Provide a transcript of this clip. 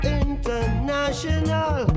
international